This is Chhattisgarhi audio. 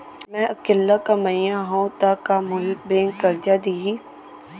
मैं अकेल्ला कमईया हव त का मोल बैंक करजा दिही?